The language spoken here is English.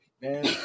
Man